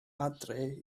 adre